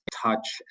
touch